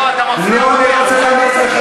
לא, אתה מפריע, לא, אני לא רוצה לענות לך.